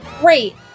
great